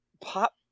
pop